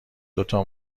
دوتا